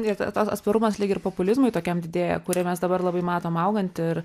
ir ta tas atsparumas lyg ir populizmui tokiam didėja kurį mes dabar labai matom augantį ir